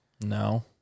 No